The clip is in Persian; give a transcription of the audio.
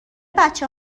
بچه